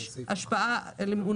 השפעה על גודש,